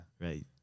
Right